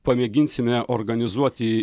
pamėginsime organizuoti